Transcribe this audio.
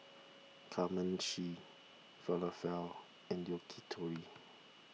Kamameshi Falafel and Yakitori